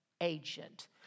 agent